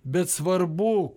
bet svarbu